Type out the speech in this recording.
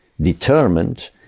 determined